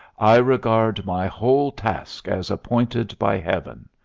i regard my whole. task as appointed by heaven.